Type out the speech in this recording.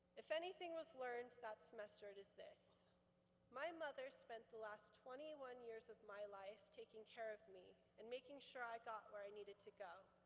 if anything was learned from that semester it is this my mother spent the last twenty one years of my life taking care of me and making sure i got where i needed to go.